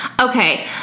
Okay